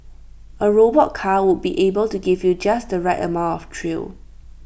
A robot car would be able give you just the right amount of thrill